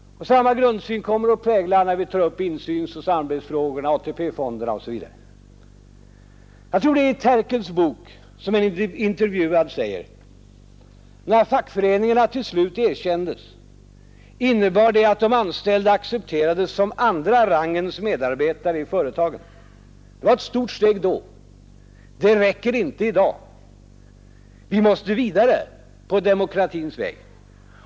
Samma grundsyn kommer att prägla vår behandling av insynsoch samarbetsfrågorna, AP-fondernas användning, osv. Jag tror det är i Terkels bok en intervjuad säger: När fackföreningarna till slut erkändes innebar det att de anställda accepterades som andra rangens medarbetare i företagen. Det var ett stort steg då. Det räcker inte i dag. Vi måste vidare på demokratins väg.